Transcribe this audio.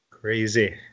Crazy